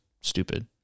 stupid